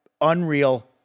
Unreal